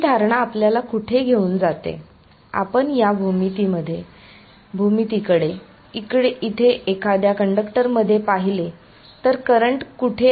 ही धारणा आपल्याला कुठे घेऊन जाते आपण या भूमितीकडे इथे एखाद्या कंडक्टरमध्ये पाहिले तर करंट कुठे आहेत